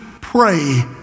pray